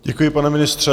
Děkuji, pane ministře.